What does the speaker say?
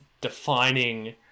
defining